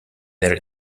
their